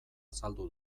azaldu